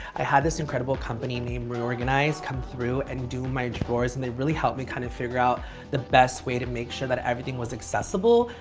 i had this incredible company named reorganize come through and do my drawers. and they really helped me kind of figure out the best way to make sure that everything was accessible,